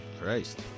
Christ